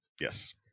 Yes